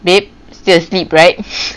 babe still asleep right